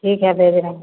ठीक है भेज रहे हैं